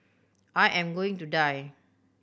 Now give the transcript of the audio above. I am going to die